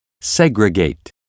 segregate